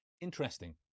interesting